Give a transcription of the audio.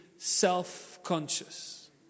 self-conscious